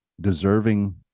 deserving